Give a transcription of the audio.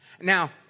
Now